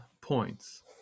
points